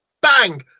Bang